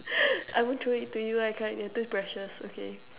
I won't throw it to you I can't it's too precious okay